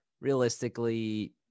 realistically